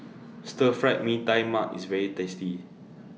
Stir Fry Mee Tai Mak IS very tasty